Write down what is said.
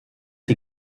die